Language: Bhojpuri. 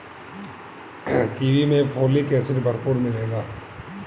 कीवी में फोलिक एसिड भरपूर मिलेला